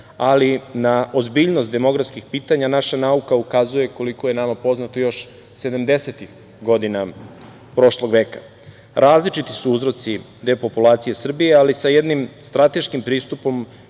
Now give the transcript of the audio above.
ali na ozbiljnost demografskih pitanja naša nauka ukazuje, koliko je nama poznato, još sedamdesetih godina prošlog veka. Različiti su uzroci depopulacije Srbije, ali sa jednim strateškim pristupom